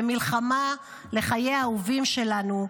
במלחמה על חיי האהובים שלנו,